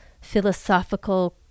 philosophical